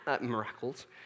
miracles